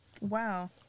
Wow